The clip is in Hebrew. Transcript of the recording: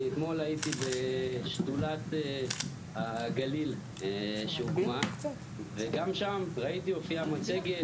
אני התמול הייתי בשדולת הגליל שהוקמה וגם שם ראיתי הופיעה מצגת